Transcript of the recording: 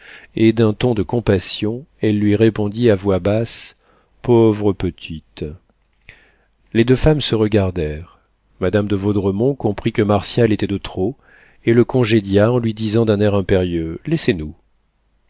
et d'un ton de compassion elle lui répondit à voix basse pauvre petite les deux femmes se regardèrent madame de vaudremont comprit que martial était de trop et le congédia en lui disant d'un air impérieux laissez-nous